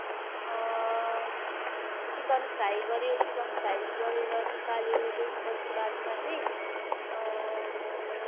chicken fry गर्यो chicken fry गरेर निकाल्यो त्यसपछि बादमा चाहिँ